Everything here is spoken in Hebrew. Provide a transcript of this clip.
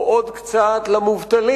או עוד קצת למובטלים,